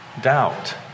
doubt